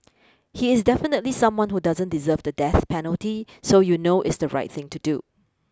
he is definitely someone who doesn't deserve the death penalty so you know it's the right thing to do